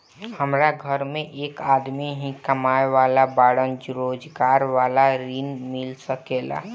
हमरा घर में एक आदमी ही कमाए वाला बाड़न रोजगार वाला ऋण मिल सके ला?